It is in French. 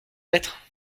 lettre